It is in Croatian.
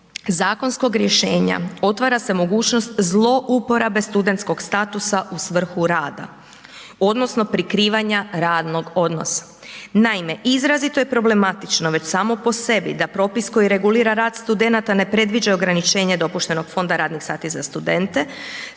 zakonskog rješenja otvara se mogućnost zlouporabe studentskog statusa u svrhu rada odnosno prikrivanja radnog odnosa. Naime, izrazito je problematično već samo po sebi da propis koji regulira rad studenata ne predviđa ograničenje dopuštenog fonda radnih sati za studente